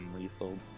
lethal